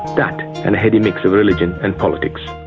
that and a heady mix of religion and politics.